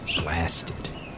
blasted